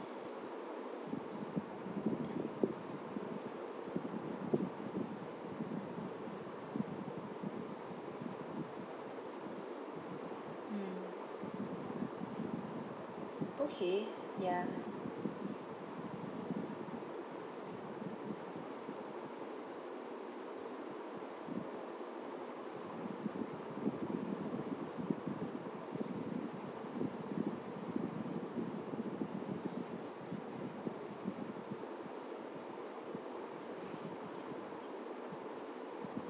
mm okay ya